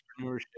entrepreneurship